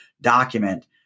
document